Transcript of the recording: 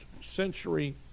century